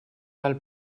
del